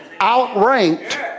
outranked